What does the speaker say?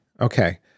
Okay